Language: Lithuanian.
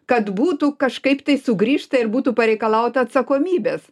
kad būtų kažkaip tai sugrįžta ir būtų pareikalauta atsakomybės